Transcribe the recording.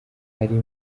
ari